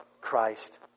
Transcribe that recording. Christ